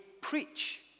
preach